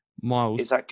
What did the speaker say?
Miles